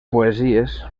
poesies